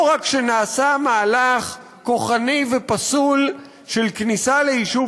לא רק שנעשה מהלך כוחני ופסול של כניסה ליישוב